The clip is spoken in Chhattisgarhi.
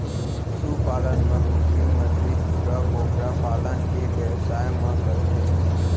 सु पालन म कुकरी, मछरी, सूरा, बोकरा पालन ए बेवसाय म करथे